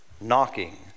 Knocking